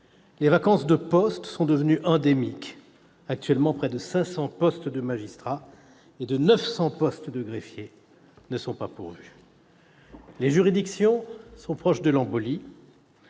Les vacances de postes sont devenues endémiques : actuellement, près de 500 postes de magistrats et 900 postes de greffiers ne sont pas pourvus. Les juridictions sont proches de l'embolie.